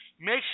make